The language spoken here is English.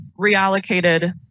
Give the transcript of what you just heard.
reallocated